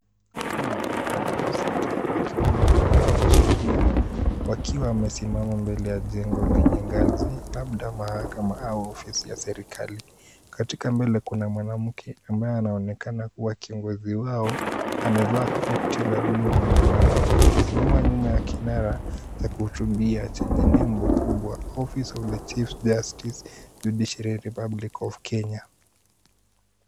Kundi la watu sita wakiwemo wataalam wa sheria, wakiwa wamesimama mbele ya jengo lenye ngazi, labda mahakama au ofisi ya serikali. Katika mbele kuna mwanamke ambaye anaonekana kuwa kiongozi wao, amevaa koti la buluu na miwani akisimama nyuma ya kinara na kuhutubia chenye nembo kubwa ofice of the chief justice judiciary and republic of Kenya .